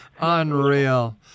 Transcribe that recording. Unreal